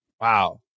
wow